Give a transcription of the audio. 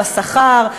בשכר,